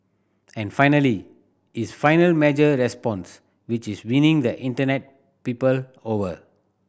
and finally his final measured response which is winning the Internet people over